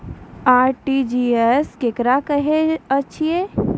RTGS केकरा कहैत अछि?